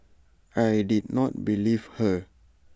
I did not believe her